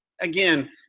again